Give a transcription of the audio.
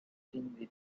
him